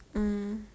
mm